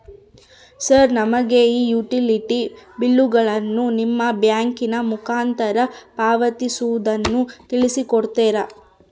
Sir ನಮಗೆ ಈ utility ಬಿಲ್ಲುಗಳನ್ನು ನಿಮ್ಮ ಬ್ಯಾಂಕಿನ ಮುಖಾಂತರ ಪಾವತಿಸುವುದನ್ನು ತಿಳಿಸಿ ಕೊಡ್ತೇರಾ?